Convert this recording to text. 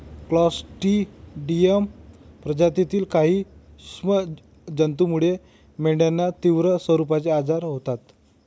Clostridium प्रजातीतील काही सूक्ष्म जंतूमुळे मेंढ्यांना तीव्र स्वरूपाचे आजार होतात